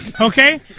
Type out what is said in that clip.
Okay